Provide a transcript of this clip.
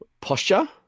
posture